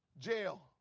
jail